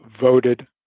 voted